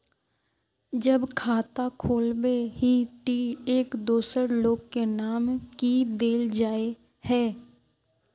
जब खाता खोलबे ही टी एक दोसर लोग के नाम की देल जाए है?